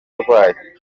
arwaye